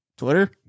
Twitter